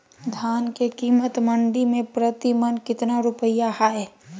धान के कीमत मंडी में प्रति मन कितना रुपया हाय?